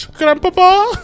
Grandpa